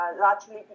largely